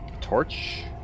Torch